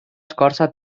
escorça